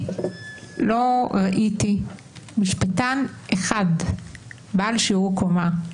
לא ראיתי משפטן אחד בעל שיעור קומה,